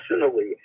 personally